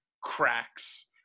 cracks